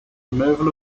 removal